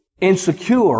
insecure